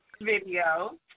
video